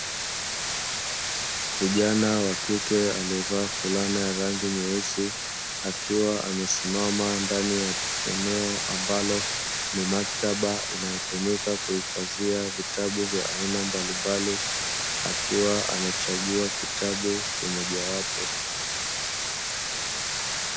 Kijana wa kike aliyevaa fulana ya rangi nyeusi akiwa amesimama ndani ya eneo ambalo ni maktaba inayotumika kuhifadhia vitabu vya aina mbalimbali akiwa amechagua kitabu kimojawapo.